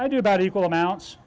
i do about equal amounts